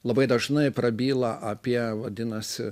labai dažnai prabyla apie vadinasi